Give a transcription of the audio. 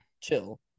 chill